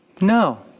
No